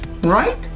right